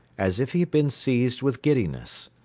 as if he had been seized with giddiness.